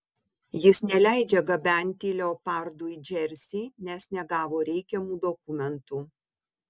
jis neleidžia gabenti leopardų į džersį nes negavo reikiamų dokumentų